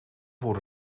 voor